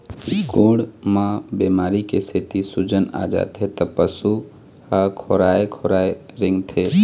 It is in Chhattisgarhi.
गोड़ म बेमारी के सेती सूजन आ जाथे त पशु ह खोराए खोराए रेंगथे